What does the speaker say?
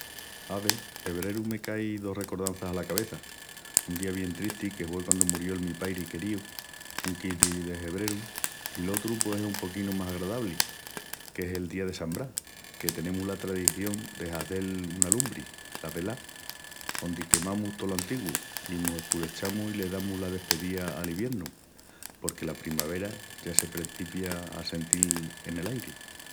Ave, hebreru me cai dos recordanças ala cabeça. Un día bien tristi, que hue quandu murió mi pairi queríu, un quinzi de hebreru i l'otru pos es un poquinu más agradabli qu'es el día de San Bras que tenemus la tradición de hazel una lumbri, la velá, ondi quemamus tolo antigu, i mos espurechamus i le damus la despeía al iviernu porque la primavera ya se prencipia a sentil en el airi.